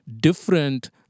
different